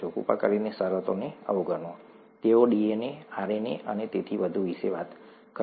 કૃપા કરીને શરતોને અવગણો તેઓ ડીએનએ આરએનએ અને તેથી વધુ વિશે વાત કરશે